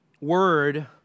word